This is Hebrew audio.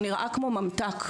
הוא נראה כמו ממתק.